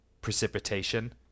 Precipitation